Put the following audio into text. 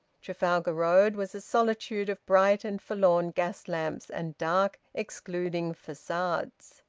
trafalgar road was a solitude of bright and forlorn gas lamps and dark excluding facades.